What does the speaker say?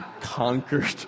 conquered